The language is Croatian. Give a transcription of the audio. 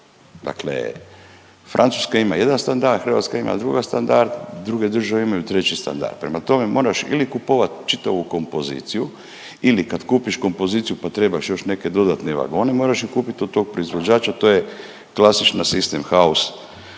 Dakle Francuska ima jedan standard, Hrvatska ima druga standard, druge države imaju treći standard, prema tome, moraš ili kupovati čitavu kompoziciju ili kad kupiš kompoziciju, pa trebaš još neke dodatne vagone, moraš ih kupiti od tog proizvođača, to je klasična system house,